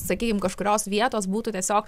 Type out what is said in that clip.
sakykim kažkurios vietos būtų tiesiog